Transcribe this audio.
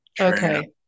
Okay